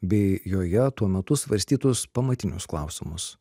bei joje tuo metu svarstytus pamatinius klausimus